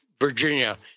Virginia